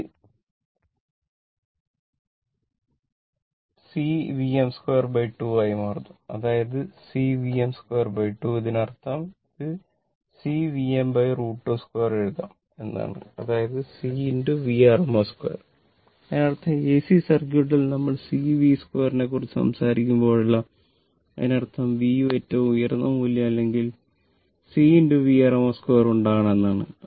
ഇത് C Vm 2 2 ആയി മാറുന്നു അതായത് C Vm 2 2 ഇതിനർത്ഥം ഇത് C Vm√ 22 എഴുതാം എന്നാണ് അതായത് C vrms2 അതിനർത്ഥം AC സർക്യൂട്ടിൽ നമ്മൾ C V 2 നെക്കുറിച്ച് സംസാരിക്കുമ്പോഴെല്ലാം അതിനർത്ഥം v ഏറ്റവും ഉയർന്ന മൂല്യം അല്ലെങ്കിൽ C Vrms 2 ഉണ്ടാക്കണം എന്നാണ്